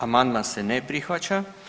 Amandman se ne prihvaća.